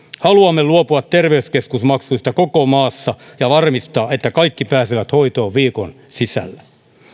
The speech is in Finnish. haluamme luopua terveyskeskusmaksuista koko maassa ja varmistaa että kaikki pääsevät hoitoon viikon sisällä